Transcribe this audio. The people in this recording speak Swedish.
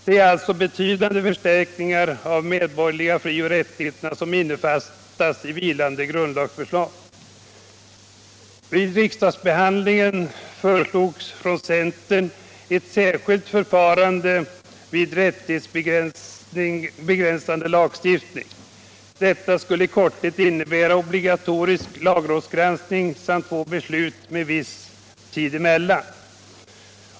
Det är alltså betydande förstärkningar av medborgarnas frioch rättigheter som innefattas i vilande grundlagsförslag. obligatorisk lagrådsgranskning samt två beslut med viss tid emellan.